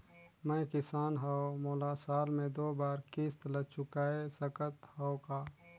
मैं किसान हव मोला साल मे दो बार किस्त ल चुकाय सकत हव का?